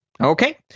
Okay